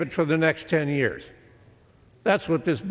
but for the next ten years that's what this